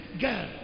girl